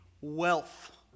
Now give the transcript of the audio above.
wealth